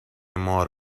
مار